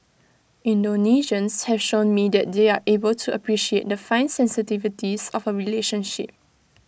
Indonesians have shown me that they are able to appreciate the fine sensitivities of A relationship